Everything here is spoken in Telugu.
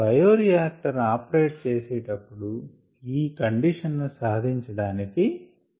బయోరియాక్టర్ ఆపరేట్ చేసే టప్పుడు ఈ కండిషన్ ను సాధించటానికి ప్రయత్నిస్తాము